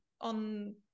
on